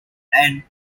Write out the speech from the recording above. and